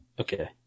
okay